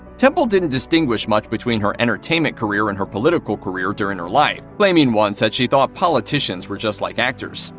temple didn't distinguish much between her entertainment career and her political career during her life, claiming once that she thought politicians were just like actors.